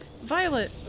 Violet